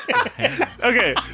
okay